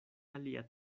alia